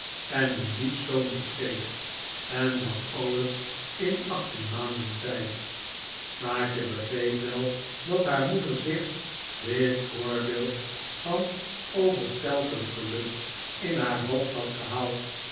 en een lief zoontje kreeg en dat alles in achttien maanden tijd kaatje begreep wel dat haar moeder zich dit voorbeeld van overstelpend geluk in haar hoofd had gehaald